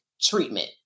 treatment